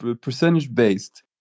Percentage-based